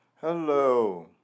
Hello